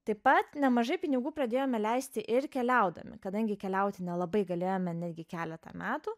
taip pat nemažai pinigų pradėjome leisti ir keliaudami kadangi keliauti nelabai galėjome netgi keletą metų